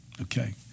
Okay